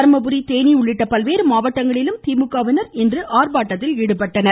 தர்மபுரி தேனி உள்ளிட்ட பல்வேறு மாவட்டங்களிலும் திமுகவினர் இன்று ஆர்ப்பாட்டத்தில் ஈடுபட்டனர்